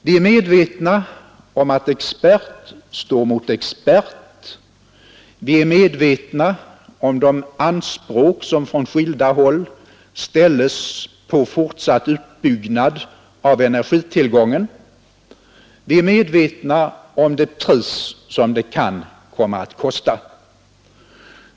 Vi är medvetna om att expert står mot expert. Vi är medvetna om de anspråk som från skilda håll ställes på fortsatt utbyggnad av energitillgången. Vi är medvetna om det pris som det kan komma att kräva.